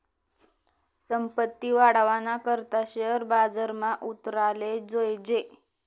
संपत्ती वाढावाना करता शेअर बजारमा उतराले जोयजे